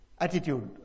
Attitude